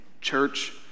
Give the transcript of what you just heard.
church